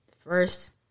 First